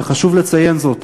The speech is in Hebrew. וחשוב לציין זאת.